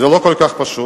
זה לא כל כך פשוט,